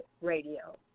Radio